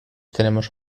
tenemos